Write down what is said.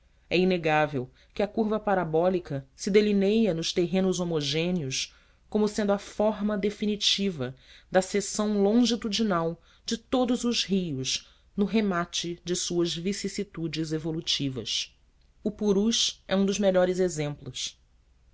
é inegável que a curva parabólica se delineia nos terrenos homogêneos como sendo a forma definitiva da seção longitudinal de todos os rios no remate de suas vicissitudes evolutivas o purus é um dos melhores exemplos